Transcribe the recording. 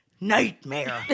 nightmare